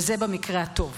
וזה במקרה הטוב.